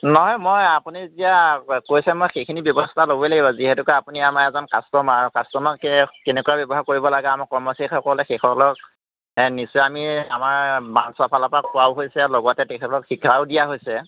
নহয় মই আপুনি যেতিয়া কৈছে মই সেইখিনি ব্যৱস্থা ল'বই লাগিব যিহেতুকে আপুনি আমাৰ এজন কাষ্টমাৰ কাষ্টমাৰক কেনেকুৱা ব্যৱহাৰ কৰিব লাগে আমাৰ কৰ্মচাৰীসকলে সেইসকলক নিশ্চয় আমি আমাৰ ব্ৰাঞ্চৰফালৰপৰা কোৱাও হৈছে লগতে তেওঁলোকক শিকাইও দিয়া হৈছে